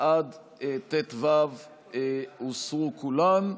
עד ט"ו הוסרו כולן,